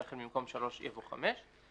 ולכן במקום שלוש יבוא חמש.